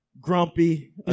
grumpy